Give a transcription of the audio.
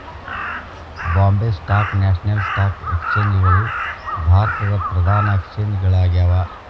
Bombay stock national stock exchange ಗಳು ಭಾರತದ್ ಪ್ರಧಾನ ಎಕ್ಸ್ಚೇಂಜ್ ಗಳಾಗ್ಯಾವ